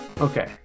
okay